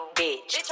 bitch